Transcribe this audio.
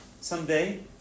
someday